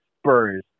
Spurs